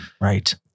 Right